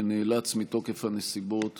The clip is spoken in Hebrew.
שנאלץ מתוקף הנסיבות